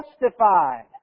justified